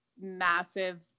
massive